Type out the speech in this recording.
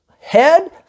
head